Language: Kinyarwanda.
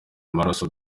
amaraso